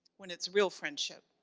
when it's real friendship.